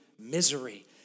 misery